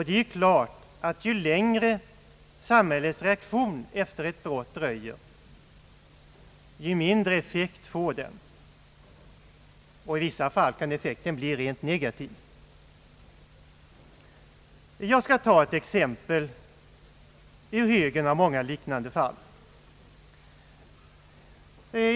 Det är klart att ju längre samhällets reaktion efter ett brott dröjer, desto mindre effekt får den, och i vissa fall kan effekten bli rent negativ. Jag skall ta ett exempel ur högen av många liknande fall.